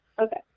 Okay